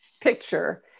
picture